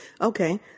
Okay